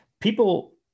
people